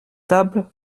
tables